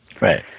right